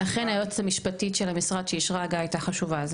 לכן היועצת המשפטית של המשרד שאישרה הגעה הייתה מאוד חשובה,